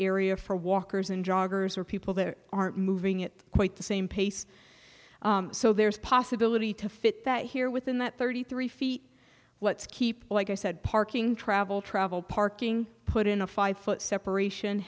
area for walkers and joggers are people that aren't moving it quite the same pace so there's a possibility to fit that here within that thirty three feet let's keep like i said parking travel travel parking put in a five foot separation